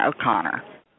O'Connor